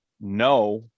no